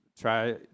try